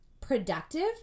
productive